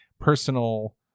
personal